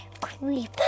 creep